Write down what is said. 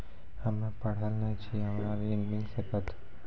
हम्मे पढ़ल न छी हमरा ऋण मिल सकत?